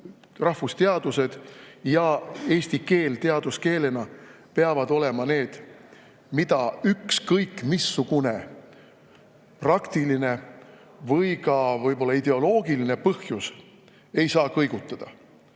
rahvusteadused ja eesti keel teaduskeelena peavad olema need, mida ükskõik missugune praktiline või ka võib-olla ideoloogiline põhjus ei saa kõigutada.